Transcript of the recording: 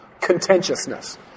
Contentiousness